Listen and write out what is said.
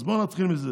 אז בואו נתחיל מזה